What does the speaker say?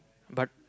but